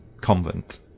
convent